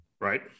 Right